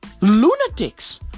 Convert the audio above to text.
lunatics